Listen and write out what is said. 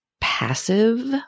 passive